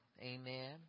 Amen